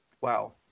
Wow